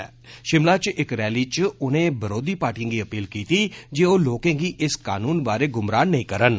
षिमला च इक रैली च उनें बरोधी पार्टिएं गी अपील कीती जे ओह् लोकें गी इस कानून बारै गुमराह नेई करन